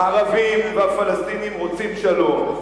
הערבים והפלסטינים רוצים שלום,